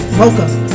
Welcome